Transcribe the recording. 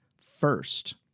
first